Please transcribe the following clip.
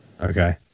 Okay